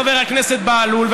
חבר הכנסת בהלול,